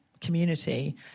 community